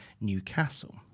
Newcastle